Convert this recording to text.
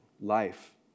life